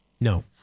No